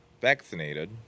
vaccinated